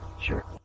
Sure